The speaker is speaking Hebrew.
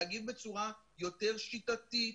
להגיב בצורה יותר שיטתית,